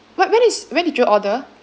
when when is when did you order